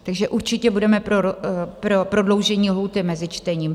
Takže určitě budeme pro prodloužení lhůty mezi čtením.